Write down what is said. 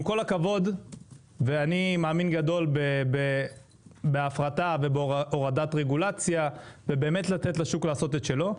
אני מאמין גדול בהפרטה והורדת רגולציה ולתת לשוק לעשות את שלו,